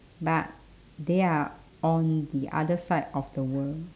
but they are on the other side of the world